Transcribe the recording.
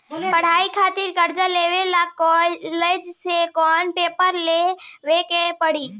पढ़ाई खातिर कर्जा लेवे ला कॉलेज से कौन पेपर ले आवे के पड़ी?